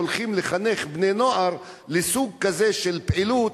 הולכים לחנך בני-נוער לסוג כזה של פעילות,